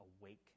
awake